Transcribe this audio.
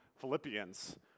Philippians